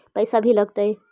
पैसा भी लगतय?